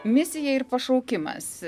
misija ir pašaukimas